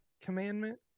commandment